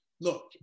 look